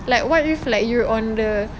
like what if like you on the